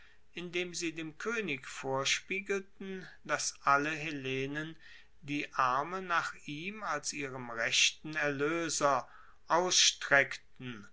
indem sie dem koenig vorspiegelten dass alle hellenen die arme nach ihm als ihrem rechten erloeser ausstreckten